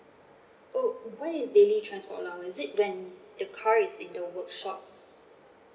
oh what is daily transport allowance is it when the car is in the workshop